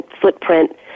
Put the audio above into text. footprint